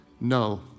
No